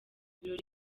ibirori